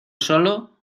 solo